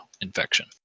infection